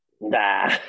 Nah